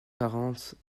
quarante